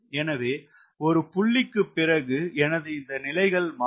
எனவே ஒரு புள்ளிக்கு பிறகு எனது இந்த நிலைகள் மாறும்